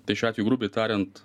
tai šiuo atveju grubiai tariant